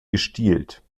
gestielt